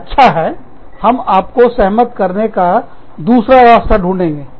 अच्छा है हम आपको सहमत करने का दूसरा रास्ता ढूंढेंगे